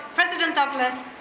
president douglas,